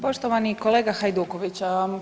Poštovani kolega Hajduković.